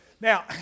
Now